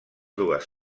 dues